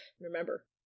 remember